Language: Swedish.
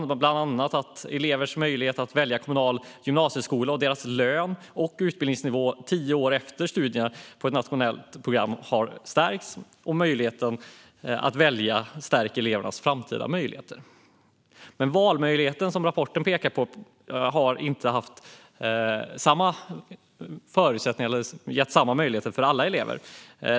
Det är bland annat att elevers möjlighet att välja kommunal gymnasieskola har förbättrat deras lön och utbildningsnivå tio år efter studierna på ett nationellt program. Möjligheten att välja stärker elevernas framtida möjligheter. Rapporten pekar på att valmöjligheten inte har gett samma möjligheter för alla elever.